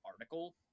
article